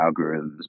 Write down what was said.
algorithms